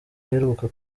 aheruka